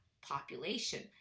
population